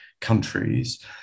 countries